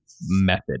method